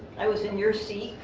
i was in your seat,